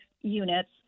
units